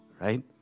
right